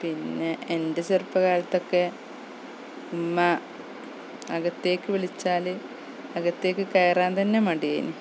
പിന്നെ എൻ്റെ ചെറുപ്പകാലത്തൊക്കെ ഉമ്മ അകത്തേക്ക് വിളിച്ചാൽ അകത്തേക്കു കേറാൻ തന്നെ മടിയായിന്